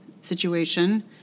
situation